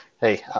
Hey